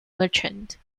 merchant